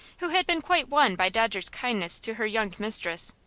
who had been quite won by dodger's kindness to her young mistress.